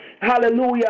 Hallelujah